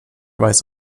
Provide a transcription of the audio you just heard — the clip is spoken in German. weiß